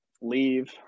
leave